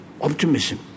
optimism